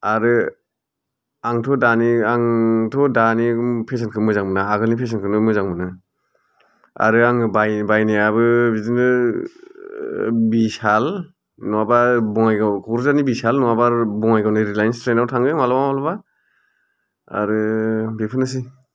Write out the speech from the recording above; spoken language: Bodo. आरो आंथ' दानि आंथ' दानि फेसनखौ मोजां मोना आगोलनि फेसनखौनो मोजां मोनो आरो आङो बाय बायनायाबो बिदिनो भिसाल नङाब्ला बङाइगाव क'क्राझारनि भिसाल नङाब्ला बङाइगावनि रिलायन्स ट्रेन्ड्स थाङो माब्लाबा माब्लाबा आरो बेफोरनोसै